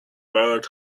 bird